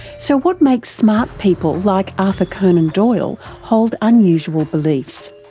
so what makes smart people like arthur conan doyle hold unusual beliefs?